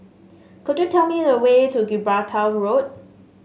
could you tell me the way to Gibraltar Road